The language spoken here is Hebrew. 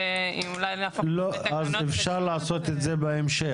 להפוך את התקנות --- אז אפשר לעשות את זה בהמשך.